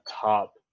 top